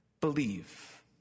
believe